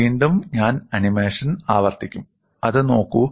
വീണ്ടും ഞാൻ ആനിമേഷൻ ആവർത്തിക്കും അത് നോക്കൂ